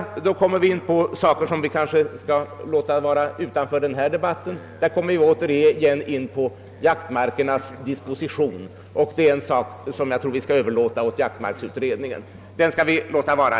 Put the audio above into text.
Här kommer vi emellertid in på saker som vi kanske bör låta vara utanför denna debatt. Frågorna om jaktmarkens disposition bör vi överlåta åt jaktmarksutredningen.